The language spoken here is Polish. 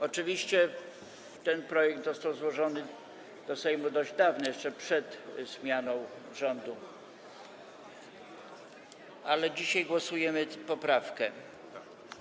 Oczywiście ten projekt został złożony do Sejmu dość dawno, jeszcze przed zmianą rządu, ale dzisiaj głosujemy nad poprawką.